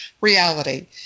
reality